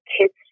kids